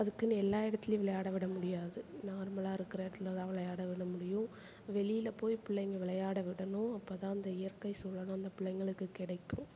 அதுக்குன்னு எல்லா இடத்துலையும் விளையாட விட முடியாது நார்மலாக இருக்கிற இடத்துல தான் விளையாட விட முடியும் வெளியில் போய் புள்ளைங்களை விளையாட விடணும் அப்போ தான் அந்த இயற்கை சூழலும் அந்த பிள்ளைங்களுக்கு கிடைக்கும்